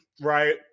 right